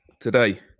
today